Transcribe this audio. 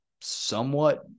somewhat